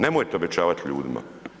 Nemojte obećavati ljudima.